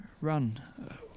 run